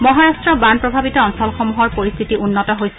মহাৰাট্টৰ বান প্ৰভাৱিত অঞ্চলসমূহৰ পৰিস্থিতি উন্নত হৈছে